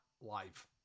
live